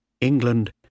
England